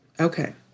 Okay